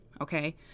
Okay